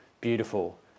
beautiful